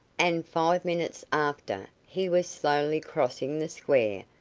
and five minutes after he was slowly crossing the square,